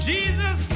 Jesus